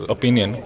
opinion